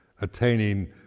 attaining